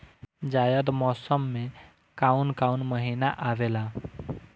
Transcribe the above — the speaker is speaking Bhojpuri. जायद मौसम में काउन काउन महीना आवेला?